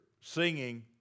singing